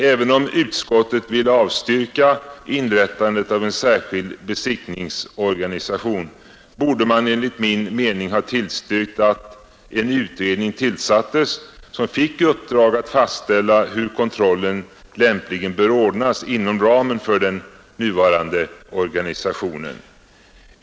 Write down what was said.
Även om utskottet vill avstyrka inrättandet av en särskild besiktningsorganisation borde man enligt min mening ha tillstyrkt att en utredning tillsattes som fick i uppdrag att fastställa hur kontrollen lämpligen bör ordnas inom ramen för den nuvarande organisationen.